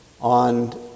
on